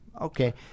okay